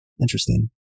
Interesting